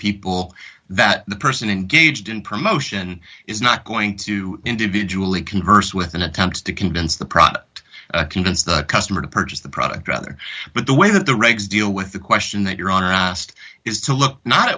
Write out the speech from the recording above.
people that the person engaged in promotion is not going to individually converse with an attempt to convince the product convince the customer to purchase the product rather but the way that the regs deal with the question that you're honest is to look not